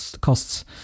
costs